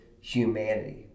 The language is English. humanity